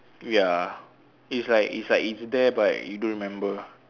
ya it's like it's like it's there but you don't remember